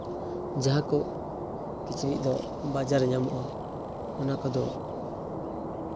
ᱡᱟᱦᱟᱸ ᱠᱚ ᱠᱤᱪᱨᱤᱪ ᱫᱚ ᱵᱟᱡᱟᱨ ᱨᱮ ᱧᱟᱢᱚᱜᱼᱟ ᱚᱱᱟ ᱠᱚᱫᱚ